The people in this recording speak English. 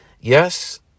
Yes